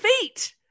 feet